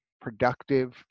productive